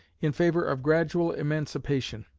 in favor of gradual emancipation.